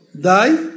die